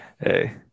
Hey